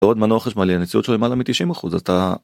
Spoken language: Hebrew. עוד מנוע חשמלי הנצילות שלו למעלה מ-90 אחוז אתה.